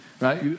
right